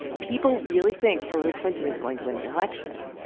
people really think hillary clinton is going to win the election.